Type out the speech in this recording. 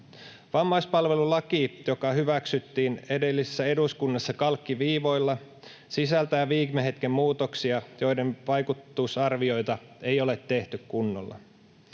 Vammaispalvelulaki, joka hyväksyttiin edellisessä eduskunnassa kalkkiviivoilla, sisältää viime hetken muutoksia, joiden vaikutusarvioita ei ole tehty kunnolla.